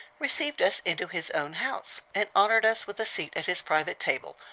received us into his own house, and honored us with a seat at his private table,